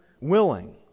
willing